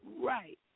right